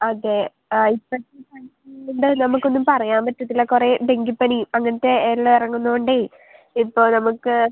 അതെ അ ഇപ്പഴത്തെ കണ്ടിഷനിൽ എന്തായാലും നമുക്കൊന്നും പറയാൻ പറ്റത്തില്ല കുറെ ഡെങ്കിപ്പനിയും അങ്ങനെ എല്ലാം ഇറങ്ങുന്നത് കൊണ്ട് ഇപ്പോൾ നമുക്ക്